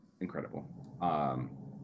incredible